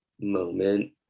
moment